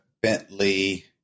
Bentley